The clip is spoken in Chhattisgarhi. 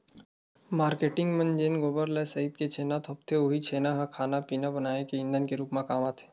मारकेटिंग मन जेन गोबर ल सइत के छेना थोपथे उहीं छेना ह खाना पिना बनाए के ईधन के रुप म काम आथे